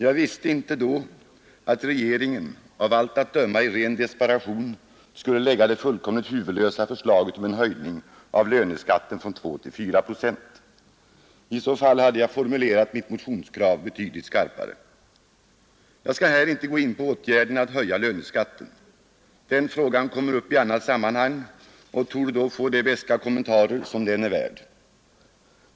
Jag visste inte då att regeringen, av allt att döma i ren desperation, skulle lägga det fullkomligt huvudlösa förslaget om en höjning av löneskatten från 2 till 4 procent. I så fall hade jag formulerat mitt motionskrav betydligt skarpare. Jag skall här inte gå in på åtgärden att höja löneskatten. Den frågan kommer upp i annat sammanhang och torde då få de beska kommentarer som den är värd.